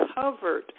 covered